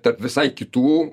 tarp visai kitų